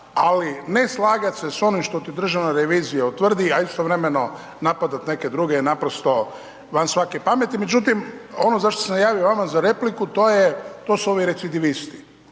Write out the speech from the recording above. ali ne slagat se s onim što ti Državna revizija utvrdi, a istovremeno napadat neke druge je naprosto van svake pameti. Međutim, ono zašto sam se javio vama za repliku to su ovi recidivisti.